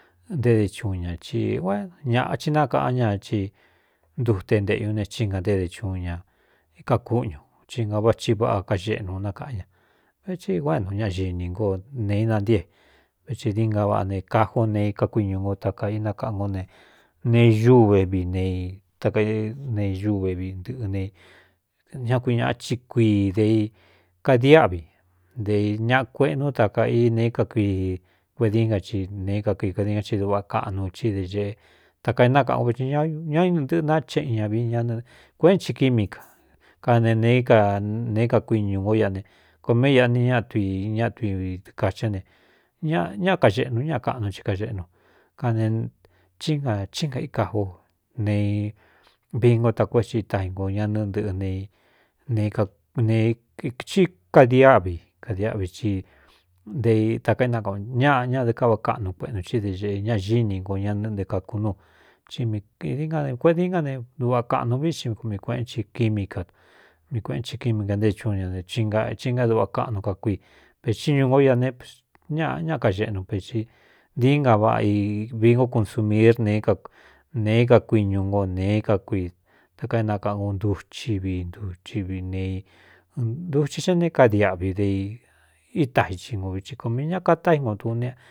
Nté de chuun ñā i ñāꞌa thi nakaꞌán ña ci ndute ntēꞌñú ne tí nga nté de chuun ña ékakúꞌñū ci nga váa thi váꞌa kaxeꞌnu nakaꞌán ña vetsi u é nu ñáxi ini nko nēe inantíe véti dií nga vaꞌa ne kajió nee i kakuiñū nko taka inakaꞌan kó ne ñúvevi ne taka neñúveviꞌ ntɨꞌɨ nei ña kui ñāꞌa chí kui de i kadiáꞌvi nte ñaꞌa kueꞌnú ta ka ineeé ka kuii kuedií nga i nēé ka kui kadinga i duꞌva kaꞌnu tí de xēꞌe ta kainákaꞌan o veti ña íɨntɨꞌɨ nacheꞌen ñavi ñanɨ kuéꞌenchi quími ka ka ne neeé ka neé kakuiñū ngó iaꞌ ne ko mí é aꞌ ni ñaꞌa tui ñaꞌatuividkaxí á ne ññaa kaxeꞌnu ú ña kaꞌnu i kaxeꞌnu kane chíí na chí nga í kajo ne vingo tako é xiita ingo ña nɨ nɨꞌɨ neí kadiáꞌvi kadiáꞌvi i tei takañaꞌ ñade káꞌva kaꞌnu kueꞌnu tí de xēꞌe ña xíni ngo ña nɨꞌnte kāku nú í dií nga kuedií ngá ne duꞌva kaꞌnu vií xi ku mi kueꞌnchi kuímí ka mii kueꞌnchi quími ka ntéé chuún ña ne achi nga é duꞌa kaꞌnu kakui vexíñu ngó ia ne ñaꞌ ña kaxeꞌnu vei diíí nga vaꞌa vingo kunsumir ne nēeé kakuiñu nko neé ka kui taka énakaꞌngu nduchi vi ntuchiv ne nduchi xe ne kadiāꞌvi de i ítaxi xhingo viti koo mi ñaa ka táingko tuní a.